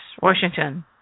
Washington